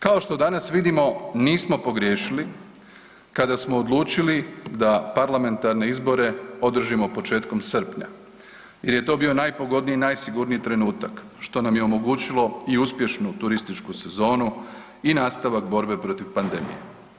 Kao što danas vidimo, nismo pogriješili kada smo odlučili da parlamentarne izbore održimo početkom srpnja jer je to bio najpogodniji i najsigurniji trenutak što nam je omogućilo i uspješnu turističku sezonu i nastavak borbe protiv pandemije.